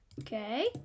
Okay